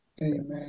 Amen